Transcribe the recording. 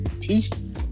peace